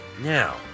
Now